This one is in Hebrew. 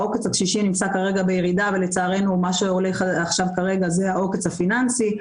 עוקץ הקשישים נמצא כרגע בירידה ולצערנו מה שהולך כרגע זה העוקץ הפיננסי.